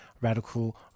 Radical